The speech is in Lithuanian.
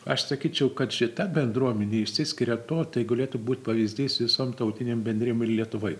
aš sakyčiau kad šita bendruomenė išsiskiria tuo tai galėtų būt pavyzdys visom tautinėm bendrijom ir lietuvoj